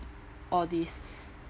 all this